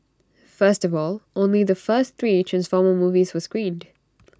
first of all only the first three transformer movies were screened